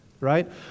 right